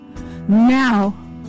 Now